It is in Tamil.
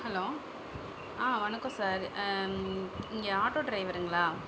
ஹலோ ஆ வணக்கம் சார் நீங்கள் ஆட்டோ டிரைவருங்களா